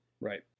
Right